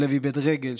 שליו איבד רגל,